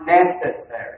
necessary